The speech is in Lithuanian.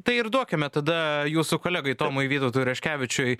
tai ir duokime tada jūsų kolegai tomui vytautui raskevičiui